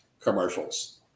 commercials